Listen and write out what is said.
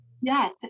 Yes